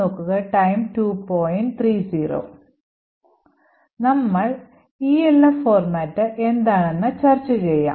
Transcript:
നമ്മൾ ELF format എന്താണെന്ന് ചർച്ച ചെയ്യാം